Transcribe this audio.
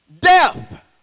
death